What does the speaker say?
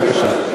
בבקשה.